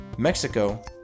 Mexico